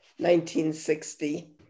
1960